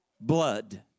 blood